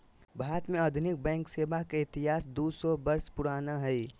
भारत में आधुनिक बैंक सेवा के इतिहास दू सौ वर्ष पुराना हइ